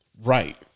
Right